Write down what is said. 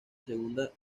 segunda